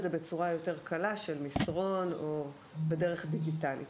זה בצורה יותר קלה של מסרון או בדרך דיגיטלית.